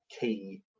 key